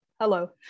Hello